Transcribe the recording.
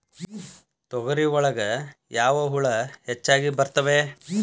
ತೊಗರಿ ಒಳಗ ಯಾವ ಹುಳ ಹೆಚ್ಚಾಗಿ ಬರ್ತವೆ?